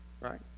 right